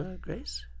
Grace